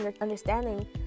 understanding